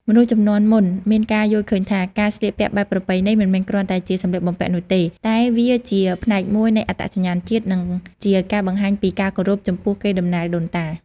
មនុស្សជំនាន់មុនមានការយល់ឃើញថា ការស្លៀកពាក់បែបប្រពៃណី មិនមែនគ្រាន់តែជាសម្លៀកបំពាក់នោះទេ តែវាជាផ្នែកមួយនៃអត្តសញ្ញាណជាតិ និងជាការបង្ហាញពី ការគោរពចំពោះកេរដំណែលដូនតា។